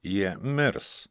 jie mirs